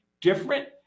different